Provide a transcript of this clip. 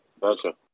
gotcha